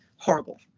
horrible